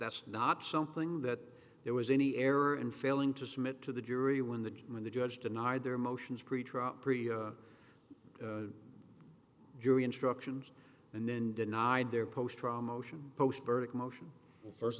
that's not something that there was any error in failing to submit to the jury when the when the judge denied their motions pretrial jury instructions and then denied their post trauma motion post verdict motion first